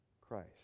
Christ